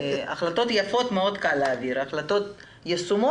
החלטות יפות קל מאוד להעביר.